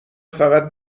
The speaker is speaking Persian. فقط